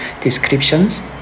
descriptions